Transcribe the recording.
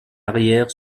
arrière